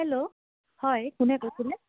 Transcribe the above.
hello হয় কোনে কৈছিলে